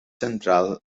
central